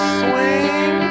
swing